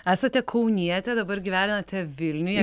esate kaunietė dabar gyvenate vilniuje